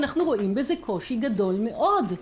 אנחנו רואים בזה קושי גדול מאוד.